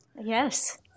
Yes